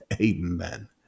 Amen